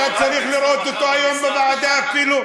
אתה צריך לראות אותו היום בוועדה אפילו,